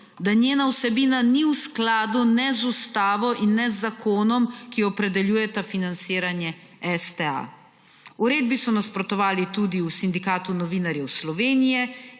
da njena vsebina ni v skladu ne z Ustavo in ne z zakonom, ki opredeljujeta financiranje STA. Uredbi so nasprotovali tudi v sindikatu novinarjev Slovenije